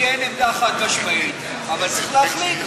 צחי, לי אין עמדה חד-משמעית, אבל צריך להחליט.